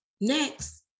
Next